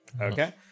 Okay